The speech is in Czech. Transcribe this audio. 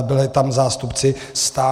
Byli tam zástupci STAN.